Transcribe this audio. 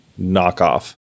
knockoff